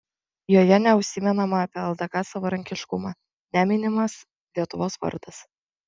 joje neužsimenama apie ldk savarankiškumą neminimas lietuvos vardas